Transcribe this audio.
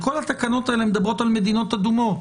כל התקנות האלה מדברות על מדינות אדומות.